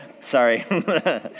Sorry